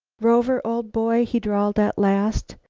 rover, old boy, he drawled at last,